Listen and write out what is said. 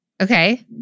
Okay